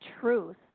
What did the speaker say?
truth